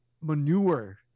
manure